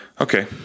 okay